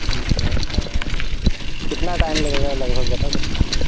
ठीक है कितना टाइम लगेगा लगभग बता सकते हैं